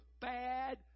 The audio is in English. bad